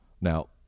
Now